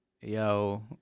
yo